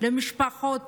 למשפחות